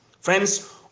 Friends